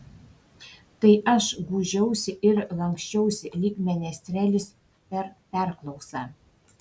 tai aš gūžiausi ir lanksčiausi lyg menestrelis per perklausą